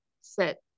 set